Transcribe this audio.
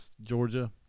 Georgia